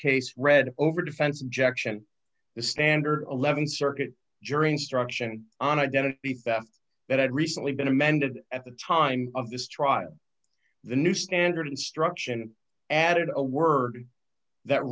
case read over defense objection the standard th circuit jury instruction on identity theft that had recently been amended at the time of this trial the new standard instruction added a word that